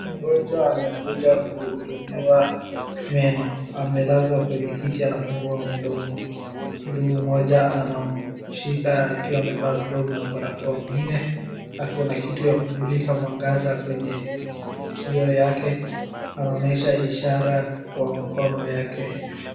Mgonjwa amekuja kuhudumiwa meno, amelazwa kwenye kiti anafungua mdomo. Mhudumu moja anamshika akiwa amevaa glovu na barakoa. Mwingine ako na kitu ya kumulika mwangaza kwenye kioo yake. anaonesha ishara kwa mkono yake.